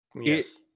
yes